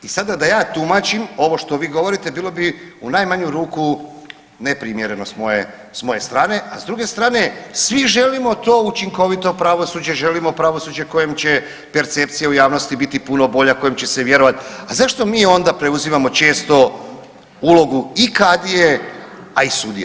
I sada da ja tumačim ovo što vi govorite bilo bi u najmanju ruku neprimjereno s moje, s moje strane, a s druge strane svi želimo to učinkovito pravosuđe, želimo pravosuđe kojem će percepcija u javnosti biti puno bolja, kojem će se vjerovati, a zašto mi onda preuzimamo često ulogu i kadije, a i sudije.